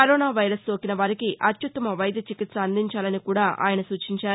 corona virus సోకిస వారికి అత్యుత్తమ వైద్య చికిత్స అందించాలని కూడా ఆయన సూచించారు